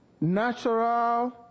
natural